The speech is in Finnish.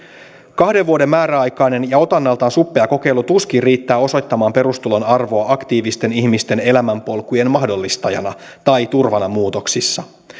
kahden vuoden määräaikainen ja otannaltaan suppea kokeilu tuskin riittää osoittamaan perustulon arvoa aktiivisten ihmisten elämänpolkujen mahdollistajana tai turvana muutoksissa